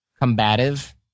combative